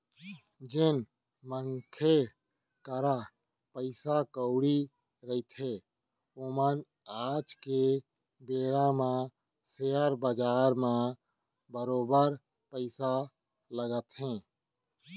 जेन मनखे करा पइसा कउड़ी रहिथे ओमन आज के बेरा म सेयर बजार म बरोबर पइसा लगाथे